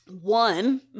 One